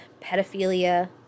pedophilia